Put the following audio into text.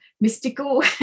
mystical